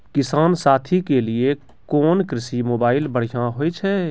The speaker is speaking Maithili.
किसान साथी के लिए कोन कृषि मोबाइल बढ़िया होय छै?